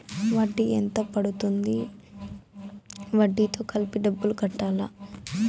వడ్డీ ఎంత పడ్తుంది? వడ్డీ తో కలిపి డబ్బులు కట్టాలా?